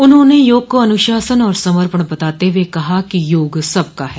उन्होने योग को अनुशासन और समर्पण बताते हुये कहा कि योग सबका है